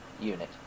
unit